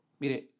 Mire